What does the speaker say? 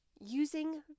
using